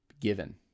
given